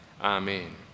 Amen